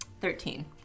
Thirteen